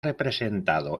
representado